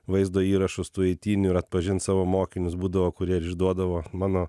vaizdo įrašus tų eitynių ir atpažint savo mokinius būdavo kurie išduodavo mano